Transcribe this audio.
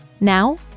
Now